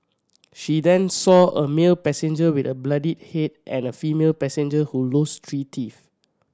she then saw a male passenger with a bloodied head and a female passenger who lost three teeth